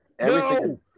no